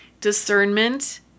discernment